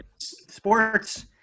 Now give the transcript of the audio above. Sports